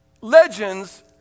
Legends